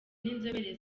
n’inzobere